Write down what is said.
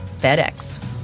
FedEx